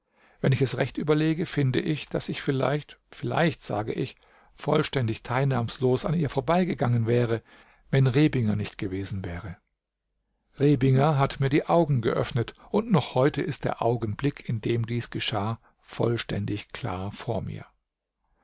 wenn ich es recht überlege finde ich daß ich vielleicht vielleicht sage ich vollständig teilnahmslos an ihr vorbeigegangen wäre wenn rebinger nicht gewesen wäre rebinger hat mir die augen geöffnet und noch heute ist der augenblick in dem dies geschah vollständig klar vor mir